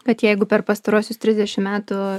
kad jeigu per pastaruosius trisdešim metų